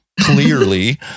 clearly